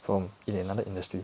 from in another industry